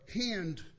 hand